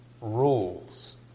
rules